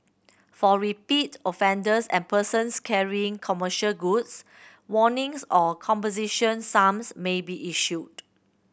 for repeat offenders and persons carrying commercial goods warnings or composition sums may be issued